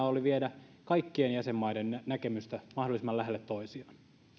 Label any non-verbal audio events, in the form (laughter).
(unintelligible) oli viedä kaikkien jäsenmaiden näkemystä mahdollisimman lähelle toisiaan